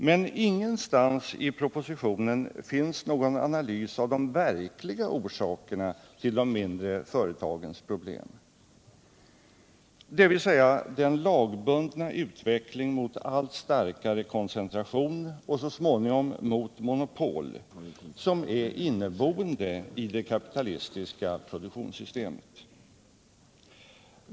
Men ingenstans i propositionen finns någon analys av de verkliga orsakerna till de mindre företagens problem, dvs. den lagbundna utveckling mot allt starkare koncentration och så småningom mot monopol, som är inneboende i det kapitalistiska produktionssystemet.